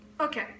okay